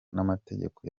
n’amategeko